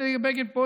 בגין פה,